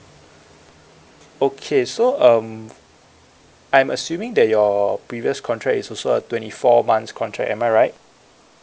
okay so um I'm assuming that your previous contract is also a twenty four months contract am I right